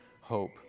hope